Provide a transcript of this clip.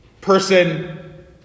person